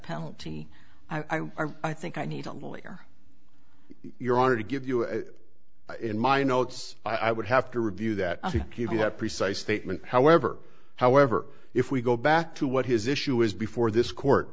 penalty i i r i think i need a lawyer your honor to give you in my notes i would have to review that i think you have precise statement however however if we go back to what his issue is before this court